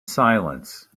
silence